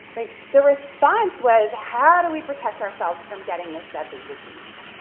right, the response was how do we protect ourselves from getting this deadly disease?